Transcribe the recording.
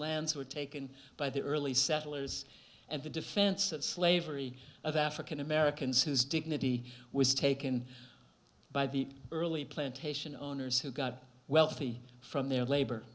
lands were taken by the early settlers and the defense of slavery of african americans whose dignity was taken by the early plantation owners who got wealthy from their labor